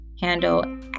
handle